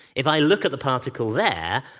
if i look at the particle there,